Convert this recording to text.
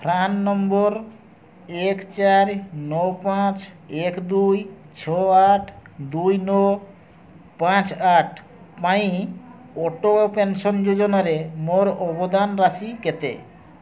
PRAN number ଏକ ଚାରି ନଅ ପାଞ୍ଚ ଏକ ଦୁଇ ଛଅ ଆଠ ଦୁଇ ନଅ ପାଞ୍ଚ ଆଠ ପାଇଁ ଅଟଳ ପେନ୍ସନ୍ ଯୋଜନାରେ ମୋର ଅବଦାନ ରାଶି କେତେ